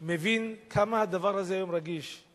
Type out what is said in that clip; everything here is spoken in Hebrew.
מבין כמה הדבר הזה רגיש היום.